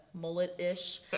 mullet-ish